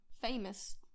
famous